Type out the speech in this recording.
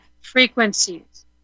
frequencies